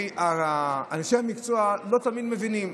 אנשי המקצוע לא תמיד מבינים,